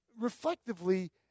reflectively